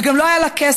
וגם לא היה לה כסף,